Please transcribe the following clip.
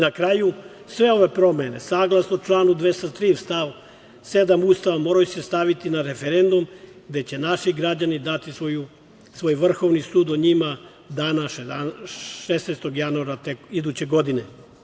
Na kraju, sve ove promene, saglasno članu 203. stav 7. Ustava moraju se staviti na referendum gde će naši građani dati svoj vrhovni sud o njima 16. januara iduće godine.